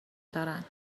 دارن